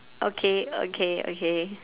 okay okay okay